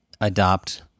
adopt